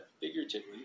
figuratively